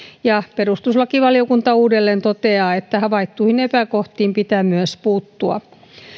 perustuslakivaliokunta uudelleen toteaa että havaittuihin epäkohtiin pitää myös puuttua